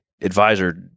advisor